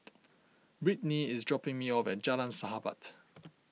Britni is dropping me off at Jalan Sahabat